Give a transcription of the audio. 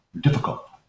difficult